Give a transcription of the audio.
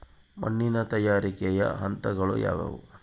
ಮಣ್ಣಿನ ತಯಾರಿಕೆಯ ಹಂತಗಳು ಯಾವುವು?